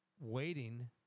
waiting